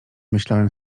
myślałem